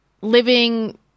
living